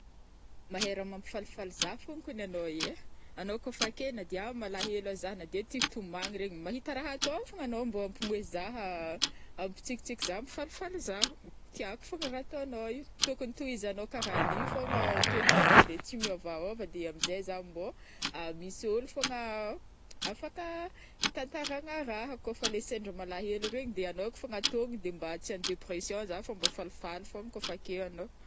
Mahay ra mampifalifaly za fogna kony anô io ai, anao kô fa ake na dià malahelo aza ah na de ti tomoagny mahita ra atô fogna anô mbô ampimoehy zaha ampitsikitsiky za ampifalifaly za, tiako fogna ra ataonao io tokony tohizanao karagnio fôgna toetranô de tsy miôvaôva de amizay za mbo misy ôlo fogna afaka hitantaragna raha kô fa le sendra malahelo regny de anao fogna atonogny de mba tsy en depression za fa mba falifaly fogna kô fa ake anô.